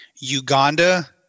Uganda